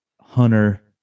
Hunter